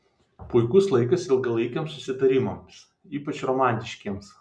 puikus laikas ilgalaikiams susitarimams ypač romantiškiems